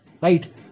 Right